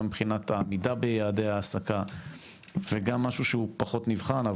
גם מבחינת העמידה ביעדי העסקה וגם משהו פחות נבחן,